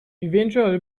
eventually